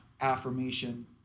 affirmation